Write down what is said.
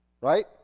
Right